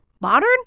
modern